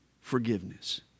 forgiveness